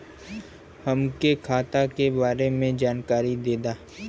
हमके खाता के बारे में जानकारी देदा?